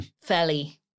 fairly